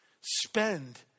spend